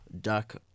Duck